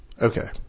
okay